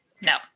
No